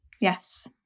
yes